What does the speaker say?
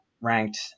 ranked